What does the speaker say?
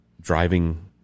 driving